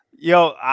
Yo